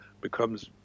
becomes